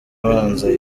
abanza